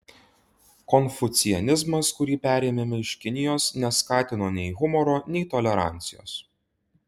konfucianizmas kurį perėmėme iš kinijos neskatino nei humoro nei tolerancijos